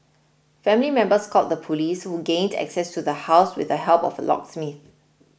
family members called the police who gained access to the house with the help of a locksmith